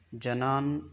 जनान्